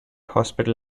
hospital